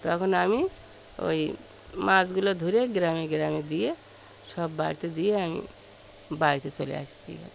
তখন আমি ওই মাছগুলো ধরে গ্রামে গ্রামে দিয়ে সব বাড়িতে দিয়ে আমি বাড়িতে চলে আসি